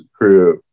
crib